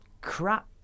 crap